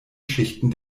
schichten